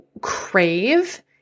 crave